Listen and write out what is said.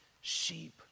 sheep